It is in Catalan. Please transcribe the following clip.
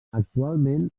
actualment